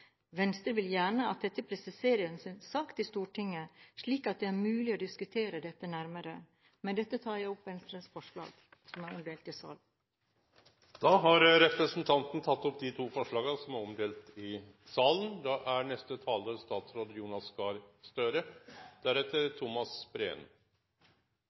Venstre vil gjerne at dette presiseres i en sak til Stortinget, slik at det er mulig å diskutere dette nærmere. Med dette tar jeg opp Venstres forslag, som er omdelt i salen. Representanten Borghild Tenden har teke opp dei forslaga som er omdelte i salen. Dette er